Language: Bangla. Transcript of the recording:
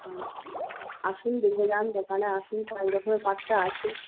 হুম আসুন দেখে যান দোকানে আসুন পাঁচ রকমের পাঁচটা আছে